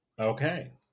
Okay